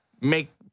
make